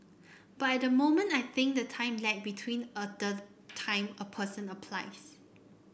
but at the moment I think the time lag between the time a person applies